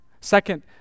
Second